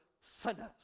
sinners